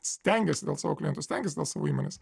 stengiasi dėl savo klientų stengiasi dėl savo įmonės